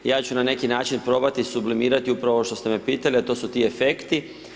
Ja ću na neki način probati sublimirati upravo ovo što ste me pitali, a to su ti efekti.